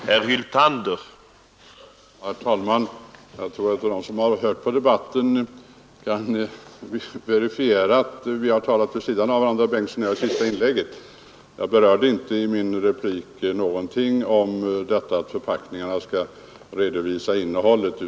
Herr talman! Jag tror att de som hört på debatten kan verifiera att vi har talat vid sidan av varandra, herr Bengtsson i Landskrona och jag, i de senaste inläggen. I min replik sade jag inte någonting om att förpackningarna skall redovisa innehållet.